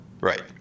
Right